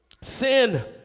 sin